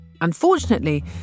Unfortunately